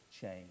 change